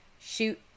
shoot